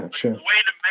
sure